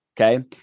okay